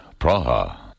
Praha